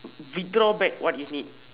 withdraw back what you need